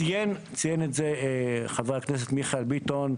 ציין את זה חבר הכנסת מיכאל ביטון,